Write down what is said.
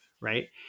Right